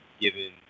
given